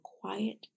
quiet